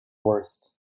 worst